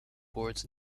boards